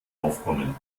aufkommen